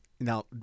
Now